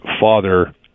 father